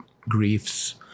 griefs